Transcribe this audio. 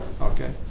Okay